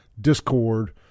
discord